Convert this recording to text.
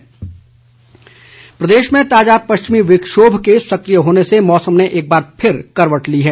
मौसम प्रदेश में ताज़ा पश्चिमी विक्षोभ के सक्रिय होने से मौसम ने एकबार फिर करवट ली है